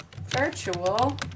Virtual